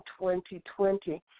2020